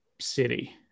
city